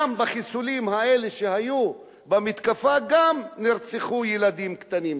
גם בחיסולים האלה שהיו במתקפה נרצחו ילדים קטנים,